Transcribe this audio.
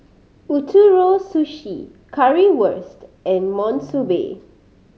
Ootoro Sushi Currywurst and Monsunabe